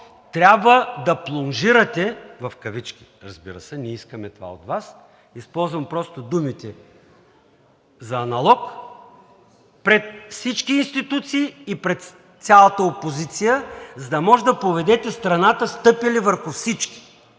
трябва да „плонжирате“ в кавички, разбира се, не искаме това от Вас, използвам просто думите за аналог, пред всички институции и пред цялата опозиция, за да може да поведете страната, стъпили върху всички